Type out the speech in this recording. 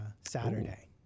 Saturday